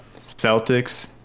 Celtics